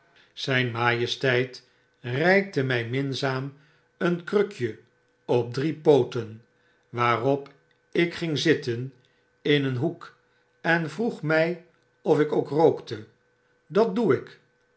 zyn majesteit reikte my mmzaam een krukje op drie pooten waarop ik ging zitten in een hoek en vroeg my of ik ook rookte dat doe ik